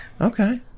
Okay